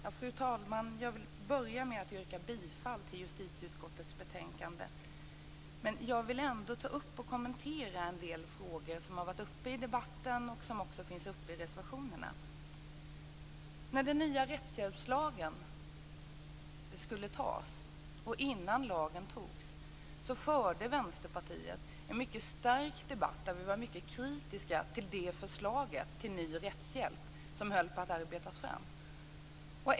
Fru talman! Jag vill börja med att yrka bifall till hemställan i justitieutskottets betänkande. Men jag vill ändå ta upp och kommentera en del frågor som har tagits upp i debatten och även i reservationerna. När den nya rättshjälpslagen skulle tas, och innan lagen togs, förde Vänsterpartiet en stark debatt där vi var mycket kritiska till det förslag till ny rättshjälp som höll på att arbetas fram.